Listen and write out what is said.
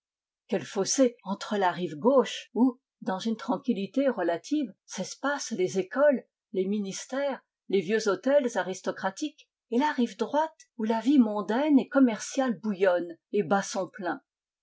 quel fossé entre la rive gauche où dans une tranquillité relative s'espacent les écoles les ministères les vieux hôtels aristocratiques et la rive droite où la vie mondaine et commerciale bouillonne et bat son plein